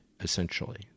essentially